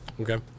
Okay